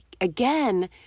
again